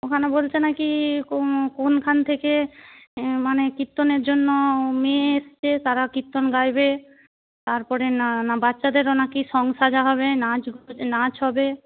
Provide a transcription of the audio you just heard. ওখানে বলছে না কী কোন কোনখান থেকে মানে কীর্তনের জন্য মেয়ে এসছে তারা কীর্তন গাইবে তার পরে না বাচ্চাদেরও নাকি সং সাজা হবে নাচগুলোতে নাচ হবে